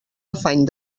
afany